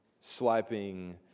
swiping